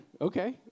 okay